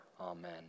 Amen